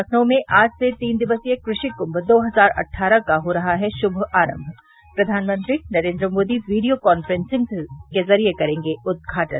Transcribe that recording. लखनऊ में आज से तीन दिवसीय कृषि कुंम दो हजार अट्ठारह का हो रहा है शुमारम्म प्रधानमंत्री नरेन्द्र मोदी वीडियो कांफ्रेंसिंग से करेंगे उद्यादन